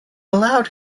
allowed